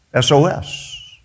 SOS